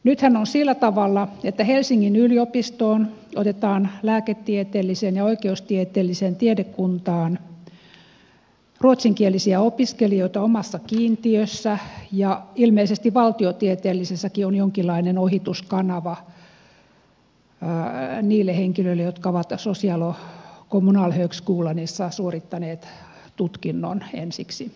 nythän on sillä tavalla että helsingin yliopistoon otetaan lääketieteelliseen ja oikeustieteelliseen tiedekuntaan ruotsinkielisiä opiskelijoita omassa kiintiössä ja ilmeisesti valtiotieteellisessäkin on jonkinlainen ohituskanava niille henkilöille jotka ovat social och kommunalhögskolanissa suorittaneet tutkinnon ensiksi